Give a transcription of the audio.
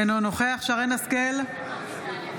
אינו נוכח שרן מרים השכל,